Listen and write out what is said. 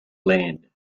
land